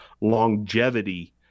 longevity